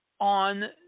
on